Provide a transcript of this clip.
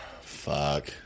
Fuck